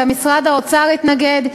גם משרד האוצר התנגד,